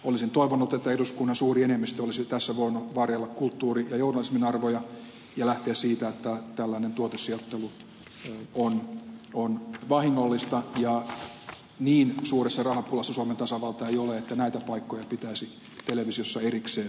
olisin toivonut että eduskunnan suuri enemmistö olisi tässä voinut varjella kulttuurin ja journalismin arvoja ja lähteä siitä että tällainen tuotesijoittelu on vahingollista ja niin suuressa rahapulassa suomen tasavalta ei ole että näitä paikkoja pitäisi televisiossa erikseen myydä